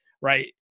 Right